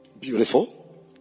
Beautiful